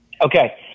okay